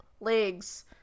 legs